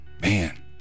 Man